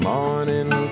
Morning